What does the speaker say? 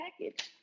package